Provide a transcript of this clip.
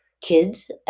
kids